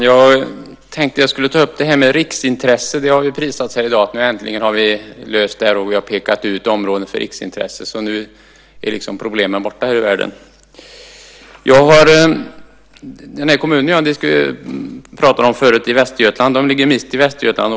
Fru talman! Jag tänkte ta upp frågan om riksintresse, som prisats i dag. Det har sagts att vi äntligen löst problemet och pekat ut områden för riksintresse. Så nu är problemen liksom ur världen. Den kommun jag tidigare talade om ligger mitt i Västergötland.